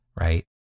Right